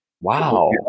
Wow